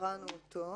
קראנו אותו.